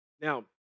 Now